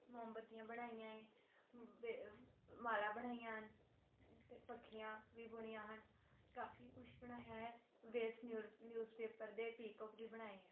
ਮੋਮਬੱਤੀਆਂ ਬਣਾਈਆਂ ਹੈ ਬੇ ਮਾਲਾ ਬਣਾਈਆਂ ਹਨ ਅਤੇ ਪੱਖੀਆਂ ਵੀ ਬੁਣੀਆਂ ਹਨ ਕਾਫੀ ਕੁਛ ਬਣਾਇਆ ਹੈ ਵੇਸਟ ਨਿਊ ਨਿਊਜ਼ਪੇਪਰ ਦੇ ਪੀਕੋਕ ਵੀ ਬਣਾਏ ਹੈ